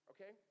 Okay